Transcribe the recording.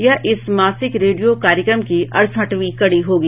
यह इस मासिक रेडियो कार्यक्रम की अड़सठवीं कड़ी होगी